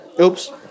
Oops